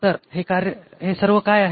तर हे सर्व काय आहे